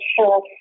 sure